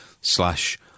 slash